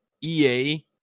EA